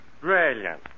Brilliant